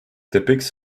depicts